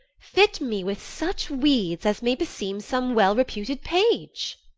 fit me with such weeds as may beseem some well-reputed page.